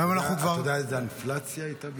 היום אנחנו כבר --- אתה יודע איזה אינפלציה הייתה בזמנו?